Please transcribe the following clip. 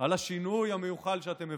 על השינוי המיוחל שאתם מבקשים.